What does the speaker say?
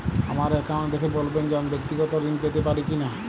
আমার অ্যাকাউন্ট দেখে বলবেন যে আমি ব্যাক্তিগত ঋণ পেতে পারি কি না?